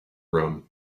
room